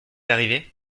arrivée